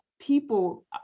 people